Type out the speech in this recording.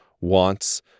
wants